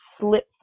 slip